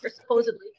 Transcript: Supposedly